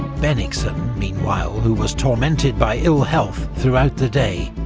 bennigsen, meanwhile, who was tormented by ill health throughout the day,